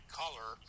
color